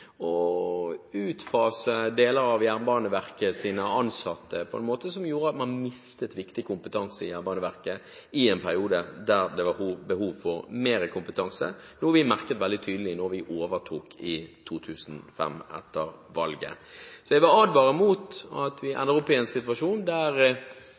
utfasing av deler av Jernbaneverkets ansatte, noe som gjorde at man mistet viktig kompetanse i Jernbaneverket i en periode da det var behov for mer kompetanse, noe som vi merket veldig tydelig da vi overtok etter valget i 2005. Jeg vil advare mot at vi ender opp i en situasjon der